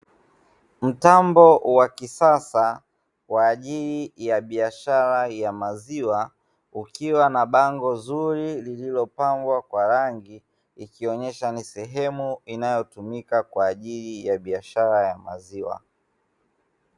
Mtambo wa kisasa kwa ajili ya biashara ya maziwa ukiwa na bango zuri, lililopangwa kwa rangi ikionyesha ni sehemu inayotumika kwa ajili ya biashara ya maziwa.